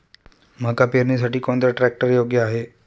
मका पेरणीसाठी कोणता ट्रॅक्टर योग्य आहे?